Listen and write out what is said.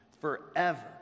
forever